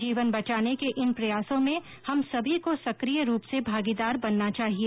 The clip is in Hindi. जीवन बचाने के इन प्रयासों में हम सभी को सक्रिय रूप से भागीदार बनना चाहिए